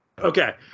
okay